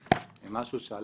ראשית,